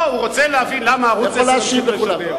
לא, הוא רוצה להבין למה ערוץ-10 ממשיך לשדר.